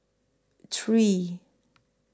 three